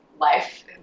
life